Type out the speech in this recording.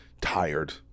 tired